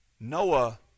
Noah